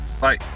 Bye